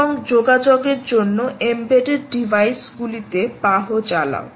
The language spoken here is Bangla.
এবং যোগাযোগের জন্য এমবেডেড ডিভাইস গুলিতে PAHO চালাও